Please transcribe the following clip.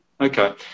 Okay